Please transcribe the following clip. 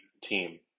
team